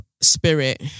spirit